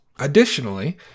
Additionally